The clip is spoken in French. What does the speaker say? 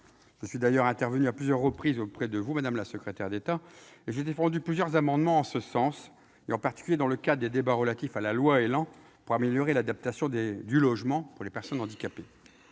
Je suis d'ailleurs intervenu à plusieurs reprises auprès de vous, madame la secrétaire d'État, et j'ai défendu plusieurs amendements en ce sens, en particulier dans le cadre des débats relatifs à la loi ÉLAN, pour améliorer l'adaptation du logement des personnes handicapées.